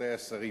רבותי השרים,